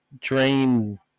Drain